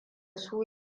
su